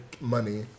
money